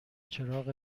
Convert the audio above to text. چراغ